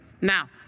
Now